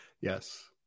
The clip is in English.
Yes